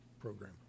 program